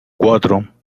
cuatro